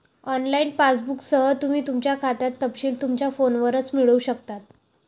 online पासबुकसह, तुम्ही तुमच्या खात्याचे तपशील तुमच्या फोनवरच मिळवू शकता